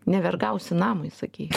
nevergausi namui sakei